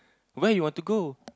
where you want to go